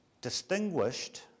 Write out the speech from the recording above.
distinguished